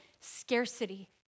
scarcity